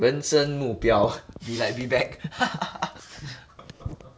人生目标 be like biback